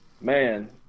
man